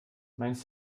meinst